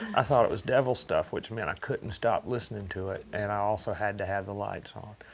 i thought it was devil stuff, which meant i couldn't stop listening to it. and i also had to have the lights on.